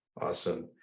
Awesome